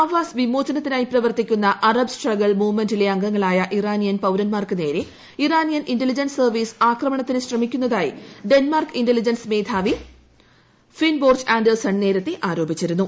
ആവാസ് വിമോചനത്തിനായി പ്രവർത്തിക്കുന്ന Arab struggle മൂവ്മെന്റിലെ അംഗങ്ങളായ ഇറാനിയൻ പൌരന്മർക്ക് നേരെ ഇറാനിയൻ ഇന്റലിജൻസ് സർവീസ് ആക്രമണത്തിന് ശ്രമിക്കുന്നതായി ഡെന്മാർക്ക് ഇന്റലിജൻസ് സർവീസ് മേധാവി ഫിൻ ബോർച്ച് ആന്റേഴ്സൺ നേരത്തെ ആരോപിച്ചിരുന്നു